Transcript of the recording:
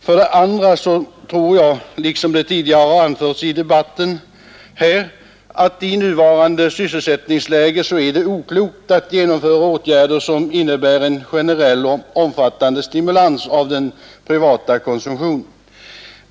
För det andra tror jag, liksom tidigare talare i debatten, att det i nuvarande sysselsättningsläge är oklokt att genomföra åtgärder som leder till en generell och omfattande stimulans av den privata konsumtionen.